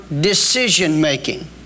decision-making